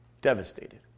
Devastated